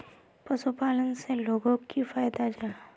पशुपालन से लोगोक की फायदा जाहा?